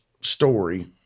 story